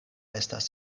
estas